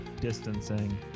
Distancing